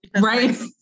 Right